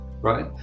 right